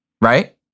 right